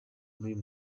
n’uyu